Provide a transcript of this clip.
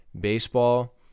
baseball